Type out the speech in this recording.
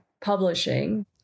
publishing